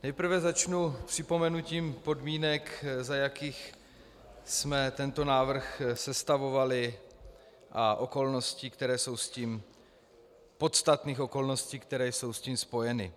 Nejprve začnu připomenutím podmínek, za jakých jsme tento návrh sestavovali, a okolností, podstatných okolností, které jsou s tím spojeny.